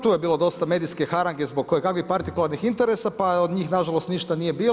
Tu je bilo dosta medijske harange zbog koje kakvih partikularnih interesa, pa od njih nažalost ništa nije bilo.